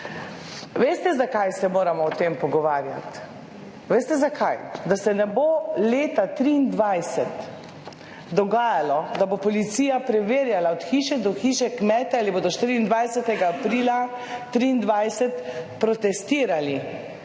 Veste, zakaj se moramo o tem pogovarjati? Veste, zakaj? Da se ne bo leta 2023 dogajalo, da bo policija preverjala od hiše do hiše kmetov, ali bodo 24. aprila 2023 protestirali.